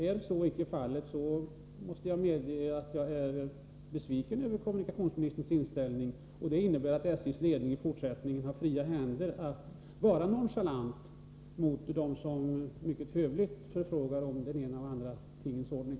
Är så icke fallet, måste jag medge att jag är besviken över kommunikationsministerns inställning. Den innebär att SJ:s ledning i fortsättningen har fria händer att vara nonchalant mot dem som mycket hövligt förfrågar sig om den ena eller den andra tingens ordning.